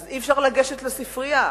ואז אי-אפשר לגשת לספרייה.